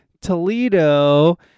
Toledo